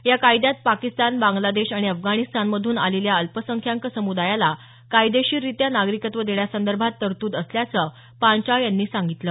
या कायद्यात पांकिस्तान बांगलादेश अफगाणिस्तानमधून आलेल्या अल्पसंख्यांक समुदायाला कायदेशीररित्या नागरिकत्व देण्यासंदर्भात तरतूद असल्याचं पांचाळ यांनी सांगितलं